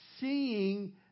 Seeing